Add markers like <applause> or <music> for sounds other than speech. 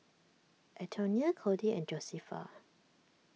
Antonia Kody and Josefa <noise>